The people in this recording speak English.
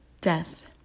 death